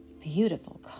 beautiful